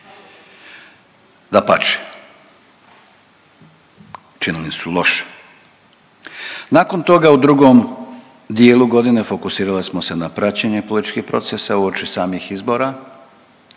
dapače, činili su loše. Nakon toga u drugom dijelu godine fokusirali smo se na praćenje političkih procesa uoči samih izbora,